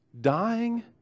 dying